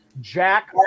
Jack